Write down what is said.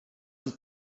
ist